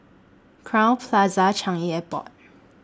Crowne Plaza Changi Airport